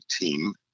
team